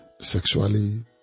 Sexually